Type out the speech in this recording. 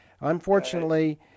Unfortunately